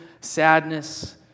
sadness